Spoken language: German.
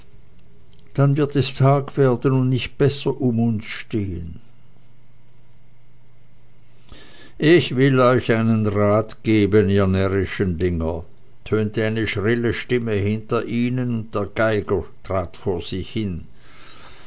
dann wird es tag werden und nicht besser um uns stehen ich will euch einen rat geben ihr närrischen dinger tönte eine schrille stimme hinter ihnen und der geiger trat vor sie hin